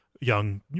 Young